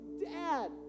dad